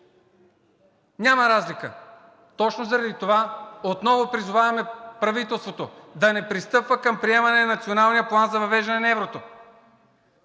няма разлика. Точно заради това отново призоваваме правителството да не пристъпва към приемане на Националния план за въвеждане на еврото.